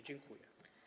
Dziękuję.